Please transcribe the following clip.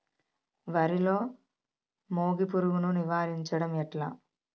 వరిలో మోగి పురుగును నివారించడం ఎట్లా?